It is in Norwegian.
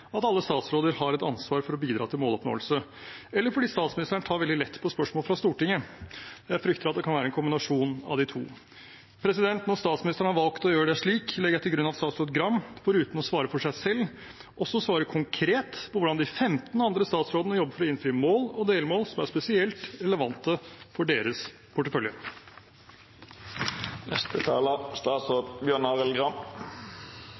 at alle statsråder har et ansvar for å bidra til måloppnåelse, eller fordi statsministeren tar veldig lett på spørsmål fra Stortinget. Jeg frykter at det kan være en kombinasjon av de to. Når statsministeren har valgt å gjøre det slik, legger jeg til grunn at statsråd Gram, foruten å svare for seg selv, også svarer konkret på hvordan de 15 andre statsrådene jobber for å innfri mål og delmål som er spesielt relevante for deres